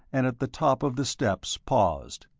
and at the top of the steps paused.